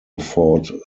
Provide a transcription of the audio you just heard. fought